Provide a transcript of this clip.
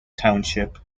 township